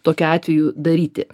tokiu atveju daryti